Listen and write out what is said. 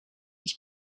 ich